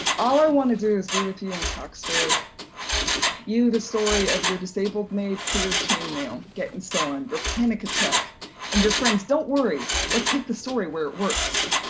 all i want to do is be with you and talk story you, the story of your disabled-made queer chain mail getting stolen, your panic attack and your friend's don't worry! let's take the story where it works!